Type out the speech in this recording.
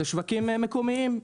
אלה שווקים מקומיים.